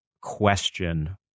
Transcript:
question